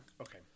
Okay